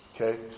Okay